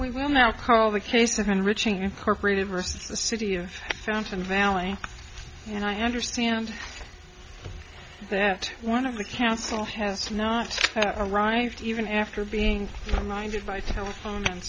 we will now call the case of enriching incorporated versus the city of fountain valley and i understand that one of the council has not arrived even after being reminded by telephone and